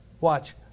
Watch